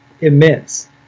immense